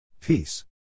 Peace